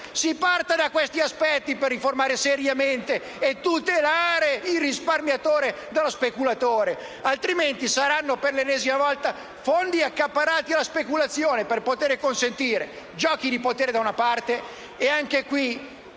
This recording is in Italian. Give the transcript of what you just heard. Si parta da questi aspetti per riformare seriamente e tutelare il risparmiatore dallo speculatore. Altrimenti saranno per l'ennesima volti fondi accaparrati alla speculazione, per poter consentire dei giochi di potere. Ci piacerebbe